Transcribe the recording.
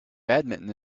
badminton